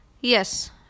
Yes